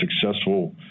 successful